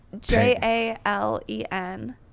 J-A-L-E-N